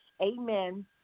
amen